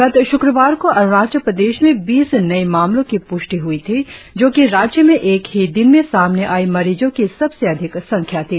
गत शुक्रवार को अरुणाचल प्रदेश में बीस नए मामलों की प्ष्टि होने पर राज्य में एक ही दिन में सामने आई मरिजों की ये सबसे अधिक संख्या थी